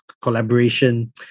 collaboration